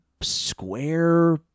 square